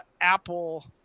Apple –